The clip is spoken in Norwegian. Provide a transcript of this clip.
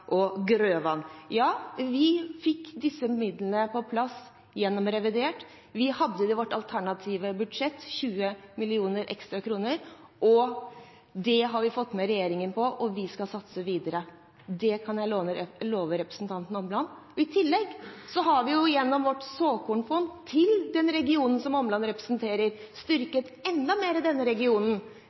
og Grøvan. Ja, vi fikk disse midlene på plass i forbindelse med revidert. Vi hadde det i vårt alternative budsjett, 20 millioner ekstra kroner. Det har vi fått regjeringen med på, og vi skal satse videre – det kan jeg love representanten Omland. I tillegg har vi gjennom vårt såkornfond til den regionen som Omland representerer, styrket regionen enda mer.